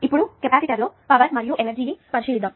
ఇప్పుడు కెపాసిటర్లో పవర్ మరియు ఎనర్జీ ని పరిశీలిద్దాం